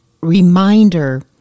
reminder